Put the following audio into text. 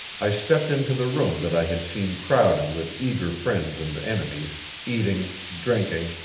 i stepped into the room that i had seen crowded with eager friends and enemies, eating, drinking,